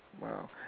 Wow